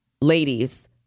ladies